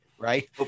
Right